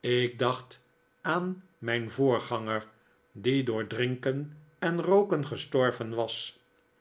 ik dacht aan mijn voorganger die door drinken en rooken gestorven was